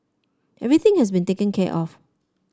everything has been taken care of